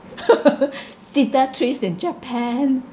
cedar trees in japan